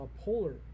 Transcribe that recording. polar